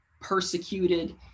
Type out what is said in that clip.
persecuted